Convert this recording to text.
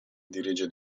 dirige